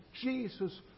Jesus